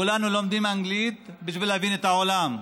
כולנו לומדים אנגלית בשביל להבין את העולם,